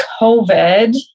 COVID